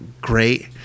great